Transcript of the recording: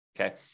Okay